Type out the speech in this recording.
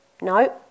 No